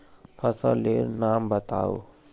फसल लेर नाम बाताउ?